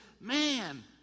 man